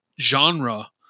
genre